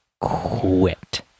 quit